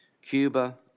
Cuba